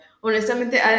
Honestamente